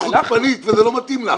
את חוצפנית, וזה לא מתאים לך.